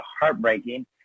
heartbreaking